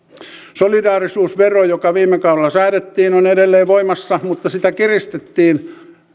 solidaarisuusvero joka viime kaudella säädettiin on edelleen voimassa mutta sitä kiristettiin